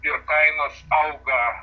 ir kainos auga